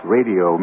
Radio